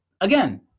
Again